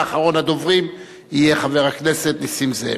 ואחרון הדוברים יהיה חבר הכנסת נסים זאב.